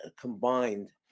combined